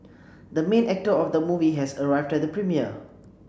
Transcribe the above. the main actor of the movie has arrived at the premiere